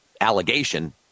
allegation